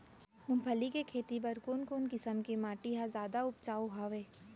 मूंगफली के खेती बर कोन कोन किसम के माटी ह जादा उपजाऊ हवये?